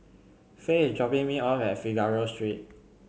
Fae is dropping me off at Figaro Street